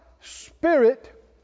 spirit